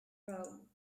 rome